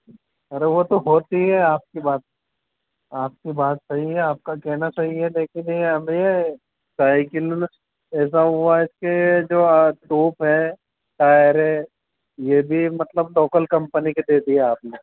अरे वह तो होती ही है आपकी बात आपकी बात सही है आपका कहना सही है लेकिन यह अब यह साइकिल में ऐसा हुआ है कि यह जो स्कोप है टायर है यह भी मतलब लोकल कम्पनी का दे दिए हैं आपने